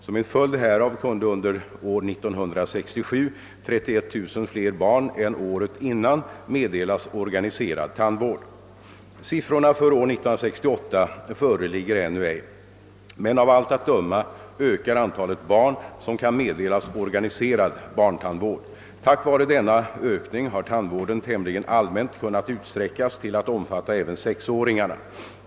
Som en följd härav kunde under år 1967 31 000 fler barn än året innan meddelas organiserad tandvård. Siffror för år 1968 föreligger ännu ej men av allt att döma ökar antalet barn, som kan meddelas organiserad barntandvård. Tack vare denna ökning har tandvården tämligen allmänt kunnat utsträckas till att omfatta även 6-åringarna.